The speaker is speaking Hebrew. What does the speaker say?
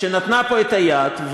שנתנה פה את היד,